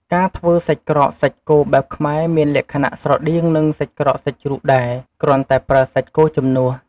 ការធ្វើសាច់ក្រកសាច់គោបែបខ្មែរ មានលក្ខណៈស្រដៀងនឹងសាច់ក្រកសាច់ជ្រូកដែរ គ្រាន់តែប្រើសាច់គោជំនួស។